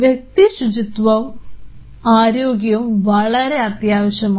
വ്യക്തിശുചിത്വവും ആരോഗ്യവും വളരെ അത്യാവശ്യമാണ്